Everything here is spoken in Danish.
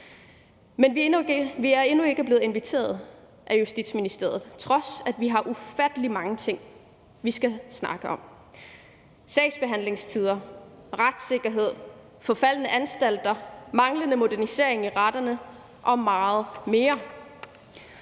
Men vi er endnu ikke blevet inviteret af Justitsministeriet, trods vi har ufattelig mange ting, vi skal snakke om: sagsbehandlingstider, retssikkerhed, forfaldne anstalter, manglende modernisering af retterne og meget mere.